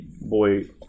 boy